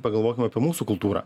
pagalvokim apie mūsų kultūrą